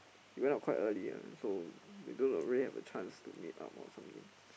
he went out quite early ah so we don't really have a chance to meet up or something